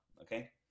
okay